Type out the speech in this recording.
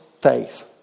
faith